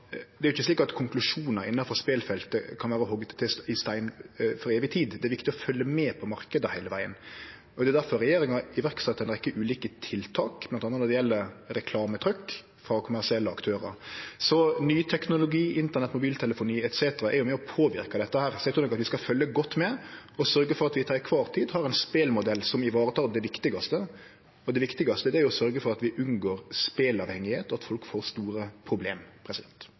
det ikkje er slik at konklusjonar innanfor spelfeltet er hogde i stein for evig tid. Det er viktig å følgje med på marknaden heile vegen. Det er difor regjeringa har sett i verk ei rekkje ulike tiltak, bl.a. når det gjeld reklametrykk frå kommersielle aktørar. Ny teknologi, internett, mobiltelefoni etc. er med på å påverke dette. Eg trur vi skal følgje godt med og sørgje for at vi til kvar tid har ein spelmodell som tek vare på det viktigaste, og det viktigaste er at vi unngår speleavhengigheit og at folk får store problem.